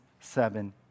seven